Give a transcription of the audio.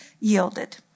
yielded